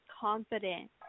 confident